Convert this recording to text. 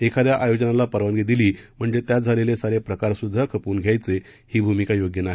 एखाद्या आयोजनाला परवानगी दिली म्हणजे त्यात झालेले सारे प्रकारसुद्धा खपवून घ्यायचे ही भूमिका योग्य नाही